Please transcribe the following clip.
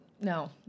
No